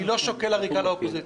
אני לא שוקל עריקה לאופוזיציה.